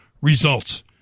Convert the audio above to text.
Results